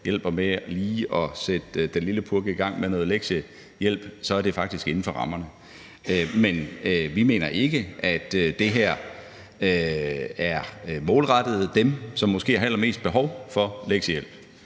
hjælper med at sætte den lille purk i gang med noget lektiehjælp, så er det faktisk inden for rammerne. Men vi mener ikke, at det her er målrettet dem, som måske har allermest behov for lektiehjælp.